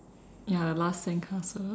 ya the last sandcastle